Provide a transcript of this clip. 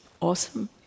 awesome